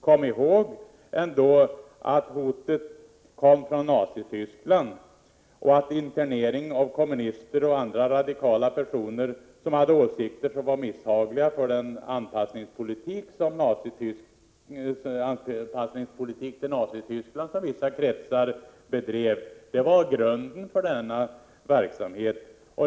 Kom ihåg att hotet kom från Nazityskland och att internering av kommunister och andra radikala personer, som hade åsikter misshagliga för den anpassningspolitik gentemot Nazityskland som vissa kretsar bedrev, var grunden för denna verksamhet.